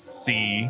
see